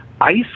ice